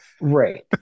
Right